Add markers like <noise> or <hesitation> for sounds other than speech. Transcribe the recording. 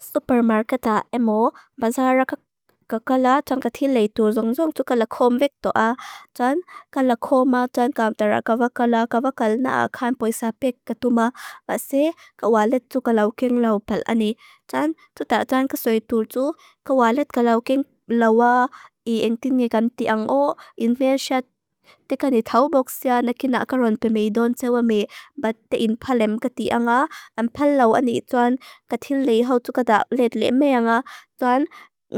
Supermarketa emo, bansara <hesitation> kakala tan kathilei tu zongzong tukalakomvek toa. Tan kalakoma tan kamtera kavakala kavakal na akan poisapek katuma. Fase, kawalit tukalawking lau pal ani. Tan tuta tan kasoetutu, kawalit kalawking lawa iengtinigam tiango, investiat <hesitation> teka ni tauboksia na kinakaron pimeidon sewa me bat tein palem katianga. Tan palaw ani, tuan kathilei hau tukadak let leme anga. Tuan,